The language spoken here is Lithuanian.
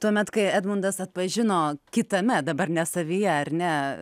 tuomet kai edmundas atpažino kitame dabar ne savyje ar ne